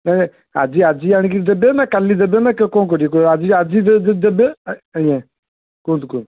ନାହିଁ ନାହିଁ ଆଜି ଆଜି ଆଣିକି ଦେବେ ନା କାଲି ଦେବେ ନା କ'ଣ କରିବେ କ'ଣ ଆଜି ଆଜି ଦେବେ ଆଜ୍ଞା କୁହନ୍ତୁ କୁହନ୍ତୁ